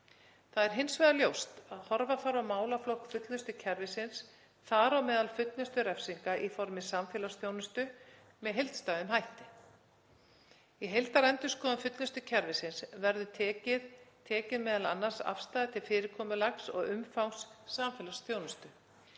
Það er hins vegar ljóst að horfa þarf á málaflokk fullnustukerfisins, þar á meðal fullnustu refsinga í formi samfélagsþjónustu, með heildstæðum hætti. Í heildarendurskoðun fullnustukerfisins verður tekin m.a. tekin afstaða til fyrirkomulags og umfangs samfélagsþjónustu.